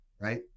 right